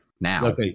now